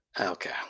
okay